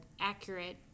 accurate